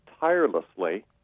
tirelessly